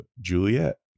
Juliet